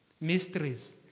mysteries